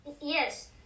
Yes